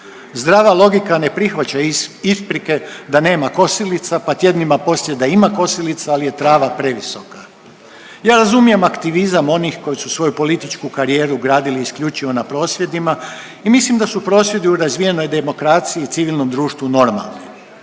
Zdrava logika ne prihvaća isprike da nema kosilica, pa tjednima poslije da ima kosilica, ali je trava previsoka. Ja razumijem aktivizam onih koji su svoju političku karijeru gradili isključivo na prosvjedima i mislim da su prosvjedi u razvijenoj demokraciji i civilnom društvu normalni,